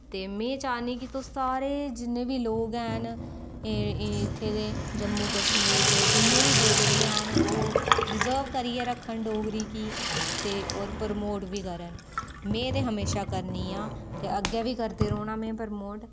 ते में चाह्नीं कि तुस सारे जिन्ने बी लोक हैन एह् इत्थें दे जम्मू कश्मीर दे जिन्ने बी डोगरे हैन ओह् प्रिजर्व करियै रक्खन डोगरी गी ते होर प्रमोट बी करन में ते हमेशा करनी आं ते अग्गें बी करदे रौह्नां में प्रमोट